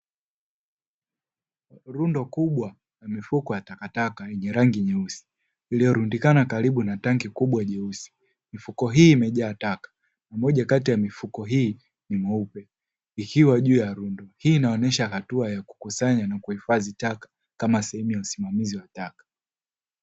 Rundo kubwa la mifuko ya takataka yenye rangi nyeusi iliyorundikana karibu na tanki kubwa jeusi, mifuko hii imejaa taka moja kati ya mifuko hii ni mweupe ikiwa juu ya rundo, hii inaonyesha hatua ya kukusanya na kuhifadhi taka kama sehemu ya usimamizi wa taka.